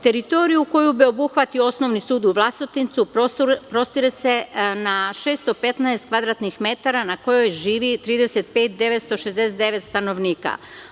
Teritoriju koju bi obuhvatio osnovni sud u Vlasotincu prostire se na 615 m2, na kojima živi 35,969 stanovnika.